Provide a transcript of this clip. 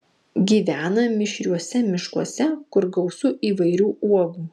gyvena mišriuose miškuose kur gausu įvairių uogų